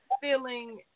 feeling